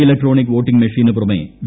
electronic voting മെഷീന് പുറമെ V